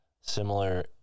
similar